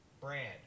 brand